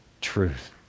truth